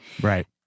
Right